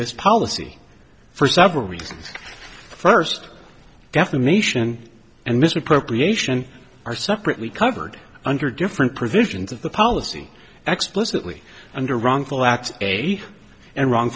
this policy for several reasons first defamation and misappropriation are separately covered under different provisions of the policy explicitly